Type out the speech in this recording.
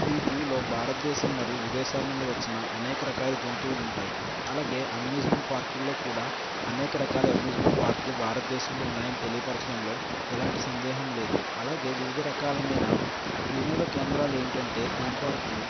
ఈ జూలో భారతదేశం మరియు విదేశాల నుండి వచ్చిన అనేక రకాల జంతువులు ఉంటాయి అలాగే అమ్యూస్మెంట్ పార్కుల్లో కూడా అనేక రకాల అమ్యూస్మెంట్ పార్క్లు భారతదేశంలో ఉన్నాయని తెలియపరచడంలో ఎలాంటి సందేహం లేదు అలాగే వివిధ రకాలమైన వినోద కేంద్రాలు ఏమిటంటే థీమ్ పార్క్లు